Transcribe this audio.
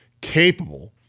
capable